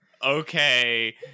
Okay